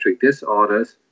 disorders